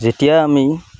যেতিয়া আমি